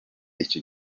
icyo